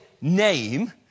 name